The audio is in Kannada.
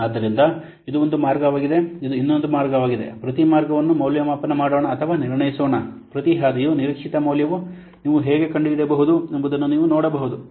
ಆದ್ದರಿಂದ ಇದು ಒಂದು ಮಾರ್ಗವಾಗಿದೆ ಇದು ಇನ್ನೊಂದು ಮಾರ್ಗವಾಗಿದೆ ಪ್ರತಿ ಮಾರ್ಗವನ್ನು ಮೌಲ್ಯಮಾಪನ ಮಾಡೋಣ ಅಥವಾ ನಿರ್ಣಯಿಸೋಣ ಪ್ರತಿ ಹಾದಿಯ ನಿರೀಕ್ಷಿತ ಮೌಲ್ಯವು ನೀವು ಹೇಗೆ ಕಂಡುಹಿಡಿಯಬಹುದು ಎಂಬುದನ್ನು ನೀವು ನೋಡಬಹುದು